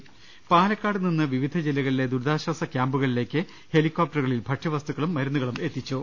കുള്ളട്ട്ടിട്ടു പാലക്കാട് നിന്ന് വിവിധ ജില്ലകളിലെ ദുരിതാശ്ചാസ ക്യാമ്പുകളിലേക്ക് ഹെലികോപ്റ്ററുകളിൽ ഭക്ഷ്യവസ്തുക്കളും മരുന്നുകളും എത്തിച്ചു